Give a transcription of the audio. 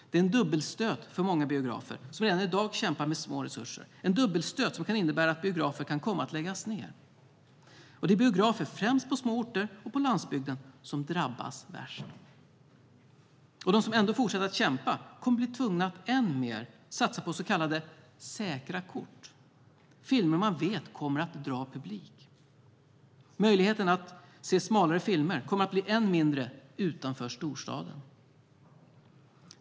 Det är en dubbelstöt för många biografer som redan i dag kämpar med små resurser, en dubbelstöt som kan innebära att biografer kan komma att läggas ned. Det är biografer främst på små orter och på landsbygden som drabbas värst. De som ändå fortsätter att kämpa kommer att bli tvungna att än mer satsa på så kallade säkra kort, filmer som man vet kommer att dra publik. Möjligheten att se smalare filmer kommer att bli än mindre utanför storstaden.